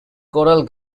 coral